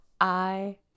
I-